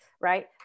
right